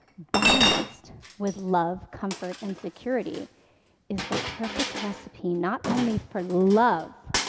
balanced with love, comfort, and security is the perfect recipe, not only for love,